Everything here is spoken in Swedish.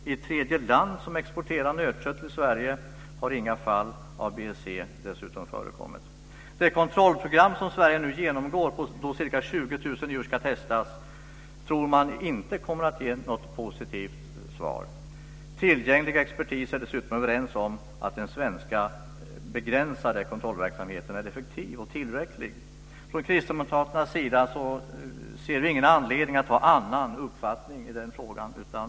I tredje land som exporterar nötkött till Sverige har inga fall av BSE förekommit. Det kontrollprogram som Sverige nu genomgår då ca 20 000 djur ska testas tror man inte kommer att ge något positivt svar. Tillgänglig expertis är dessutom överens om att den svenska begränsade kontrollverksamheten är effektiv och tillräcklig. Från kristdemokraternas sida ser vi ingen anledning att ha annan uppfattning i den frågan.